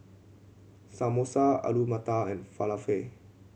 Samosa Alu Matar and Falafel